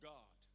God